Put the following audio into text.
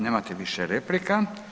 Nemate više replika.